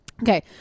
Okay